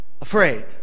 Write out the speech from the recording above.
afraid